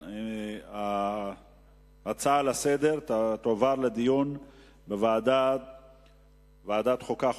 ההצעות לסדר-היום תועברנה לדיון בוועדת החוקה,